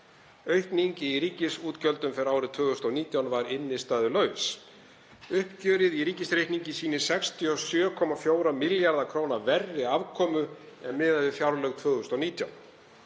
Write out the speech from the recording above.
Aukning í ríkisútgjöldum fyrir árið 2019 var innstæðulaus. Uppgjörið í ríkisreikningi sýnir 67,4 milljarða kr. verri afkomu en miðað við fjárlög 2019.